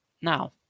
Now